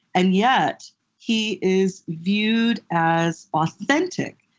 and yet he is viewed as authentic,